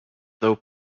though